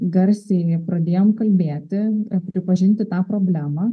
garsiai pradėjom kalbėti pripažinti tą problemą